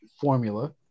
formula